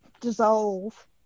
dissolve